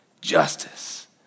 justice